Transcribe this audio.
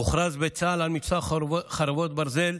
הוכרז בצה"ל על מבצע חרבות ברזל.